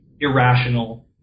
irrational